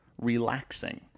relaxing